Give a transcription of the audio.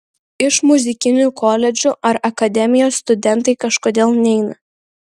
iš muzikinių koledžų ar akademijos studentai kažkodėl neina